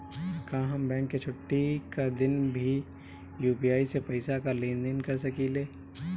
का हम बैंक के छुट्टी का दिन भी यू.पी.आई से पैसे का लेनदेन कर सकीले?